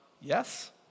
yes